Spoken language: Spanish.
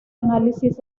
análisis